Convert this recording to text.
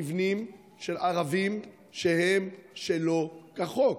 מבנים של ערבים שהם שלא כחוק.